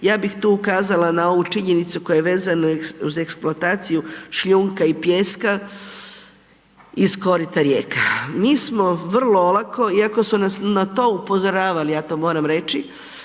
ja bih tu ukazala na ovu činjenicu koja je vezano uz eksploataciju šljunka i pijeska iz korita rijeka. Mi smo vrlo olako iako su nas na to upozoravali, ja to moram reći,